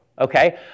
okay